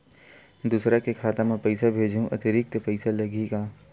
दूसरा के खाता म पईसा भेजहूँ अतिरिक्त पईसा लगही का?